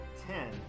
Ten